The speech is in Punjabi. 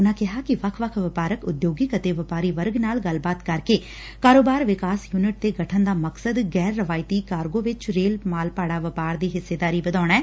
ਉਨੂਂ ਕਿਹਾ ਕਿ ਵੱਖ ਵੱਖ ਵਪਾਰਕ ਉਦਯੋਗਿਕ ਅਤੇ ਵਪਾਰੀ ਵਰਗ ਨਾਲ ਗੱਲਬਾਤ ਕਰਕੇ ਕਾਰੋਬਾਰ ਵਿਕਾਸ ਯੂੱਨਿਟ ਦੇ ਗਠਨ ਦਾ ਮਕਸਦ ਗੈਰ ਰਵਾਇਤੀ ਕਾਰਗੋ ਵਿੱਚ ਰੇਲ ਮਾਲ ਭਾੜਾ ਵਪਾਰ ਦੀ ਹਿੱਸੇਦਾਰੀ ਵਧਾਉਣਾ ਏ